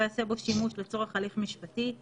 בו שימוש לצורך הליך משפטי,